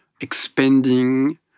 expanding